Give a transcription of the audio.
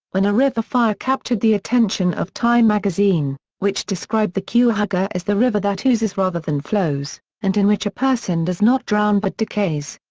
when a river fire captured the attention of time magazine, which described the cuyahoga as the river that oozes rather than flows and in which a person does not drown but decays.